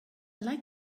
like